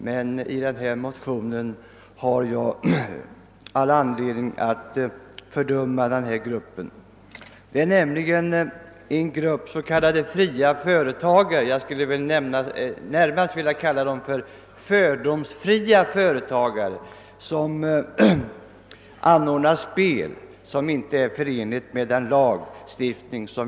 Men i detta fall har jag all anledning att fördöma den grupp s.k. fria företagare — jag skulle närmast vilja kalla dem fördomsfria företagare — som anordnar spel på ett sätt som inte står i överensstämmelse med lagstiftningen.